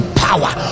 power